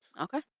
Okay